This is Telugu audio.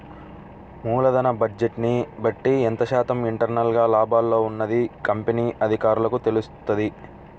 మూలధన బడ్జెట్ని బట్టి ఎంత శాతం ఇంటర్నల్ గా లాభాల్లో ఉన్నది కంపెనీ అధికారులకు తెలుత్తది